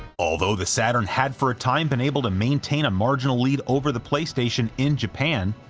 although the saturn had for a time been able to maintain a marginal lead over the playstation in japan,